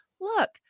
look